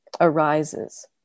arises